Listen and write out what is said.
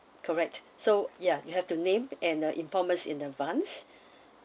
correct so yeah you have to name and uh inform us in advance